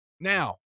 now